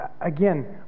again